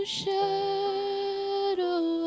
shadow